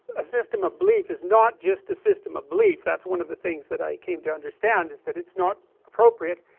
a system of belief is not just a system of belief, that's one of the things i came to understand is that it's not appropriate,